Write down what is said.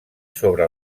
sobre